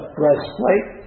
breastplate